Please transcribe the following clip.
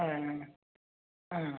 Om Om